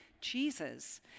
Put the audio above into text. Jesus